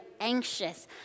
anxious